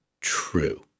true